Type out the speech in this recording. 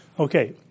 Okay